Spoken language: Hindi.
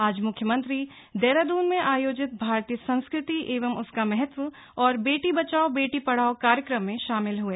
आज मुख्यमंत्री देहरादून में आयोजित भारतीय संस्कृति एवं उसका महत्व और बेटी बचाओ बेटी पढ़ाओ कार्यक्रम में शामिल हुए